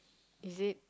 is it